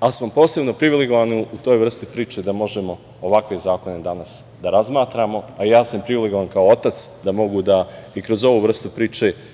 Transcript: ali smo posebno privilegovani u toj vrsti priče da možemo ovakve zakone danas da razmatramo, a ja sam privilegovan kao otac da mogu da i kroz ovu vrstu priče